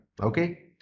Okay